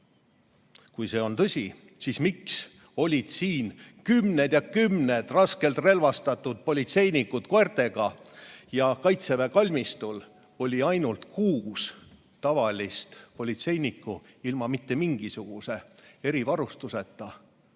Kui see on tõsi, siis miks olid siin kümned ja kümned raskelt relvastatud politseinikud koertega, aga kaitseväe kalmistul oli ainult kuus tavalist politseinikku ilma mingisuguse erivarustuseta,